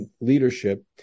leadership